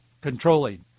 controlling